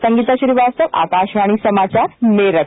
संगीता श्रीवास्तव आकाशवाणी समाचार मेरठ